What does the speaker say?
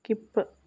skip